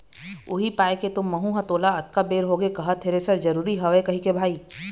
उही पाय के तो महूँ ह तोला अतका बेर होगे कहत थेरेसर जरुरी हवय कहिके भाई